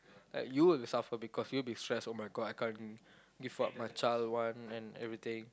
like you would suffer because you would be stressed oh-my-god I can't give what my child want and everything